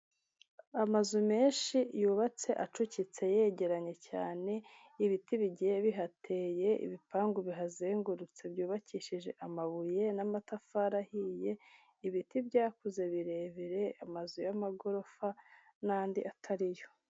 Amazu menshi yubatse acucitse yegeranye cyane, ibiti bigiye bihateye, ibipangu bihazengurutse byubakishije amabuye n'amatafari ahiye, ibiti byakuze birebire, amazu y'amagorofa n'andi atari yo.